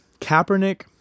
Kaepernick